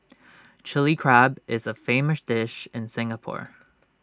Chilli Crab is A famous dish in Singapore